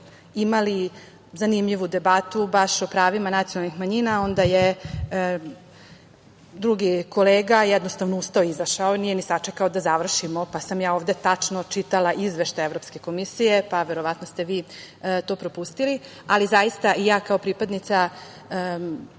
imali zanimljivu debatu baš o pravima nacionalnih manjina, onda je drugi kolega jednostavno ustao i izašao, nije ni sačekao da završimo, pa sam ja ovde tačno čitala Izveštaj Evropske komisije, pa verovatno ste vi to propustili, ali zaista i ja kao pripadnica